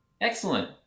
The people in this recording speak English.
Excellent